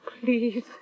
Please